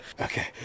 Okay